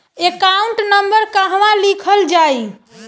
Account number कहवा लिखल जाइ?